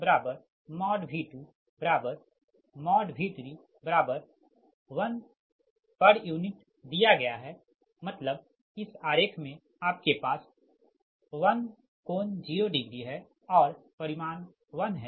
V2V310 pu दिया गया है मतलब इस आरेख में आपके पास 1∠0हैं और परिमाण 1 है